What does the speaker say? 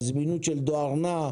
על זמינות של דואר נע,